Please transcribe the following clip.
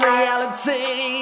reality